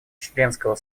членского